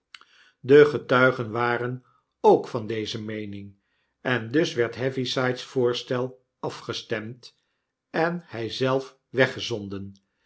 de getuigen waren ook van deze meening en dus werd heavysides voorstel afgestemd en hy zelf